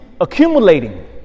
accumulating